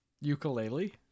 Ukulele